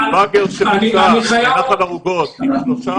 אם באגר שמוצא מנחל ערוגות עם שלושה